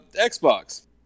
Xbox